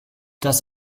das